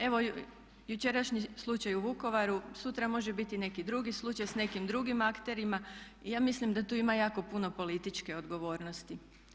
Evo jučerašnji slučaj u Vukovaru, sutra može biti i neki drugi slučaj, s nekim drugim akterima i ja mislim da tu ima jako puno političke odgovornosti.